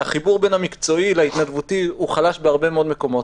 החיבור בין המקצועי להתנדבותי הוא חלש בהרבה מאוד מקומות.